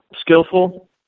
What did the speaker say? skillful